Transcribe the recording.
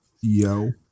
yo